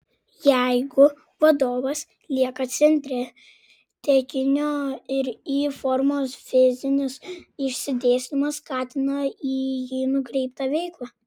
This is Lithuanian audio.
jeigu vadovas lieka centre tekinio ir y formos fizinis išsidėstymas skatina į jį nukreiptą veiklą